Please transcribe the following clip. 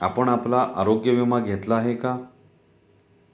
आपण आपला आरोग्य विमा घेतला आहे का?